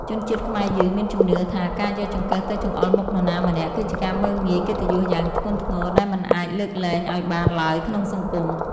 ជនជាតិខ្មែរយើងមានជំនឿថាការយកចង្កឹះទៅចង្អុលមុខនរណាម្នាក់គឺជាការមើលងាយកិត្តិយសយ៉ាងធ្ងន់ធ្ងរដែលមិនអាចលើកលែងឱ្យបានឡើយក្នុងសង្គម។